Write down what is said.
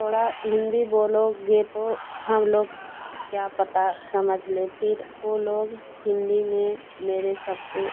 थोड़ा हिंदी बोलोगे तो हम लोग क्या पता समझ लें फिर वो लोग हिंदी में मेरे सबसे